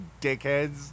dickheads